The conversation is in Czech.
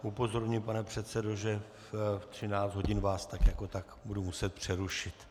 Upozorňuji, pane předsedo, že ve 13 hodin vás tak jako tak budu muset přerušit.